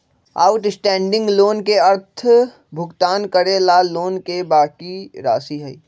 outstanding loan के अर्थ भुगतान करे ला लोन के बाकि राशि हई